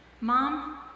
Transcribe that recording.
Mom